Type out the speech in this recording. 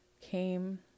came